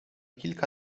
kilka